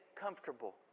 comfortable